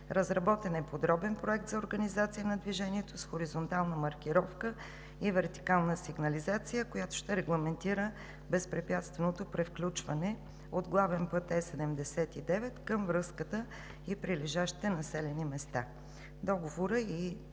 Разработен е подробен проект за организация на движението с хоризонтална маркировка и вертикална сигнализация, която ще регламентира безпрепятственото превключване от главен път Е-79 към връзката и прилежащите населени места. Договорът и